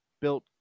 built